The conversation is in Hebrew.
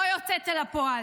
לא יוצאת אל הפועל.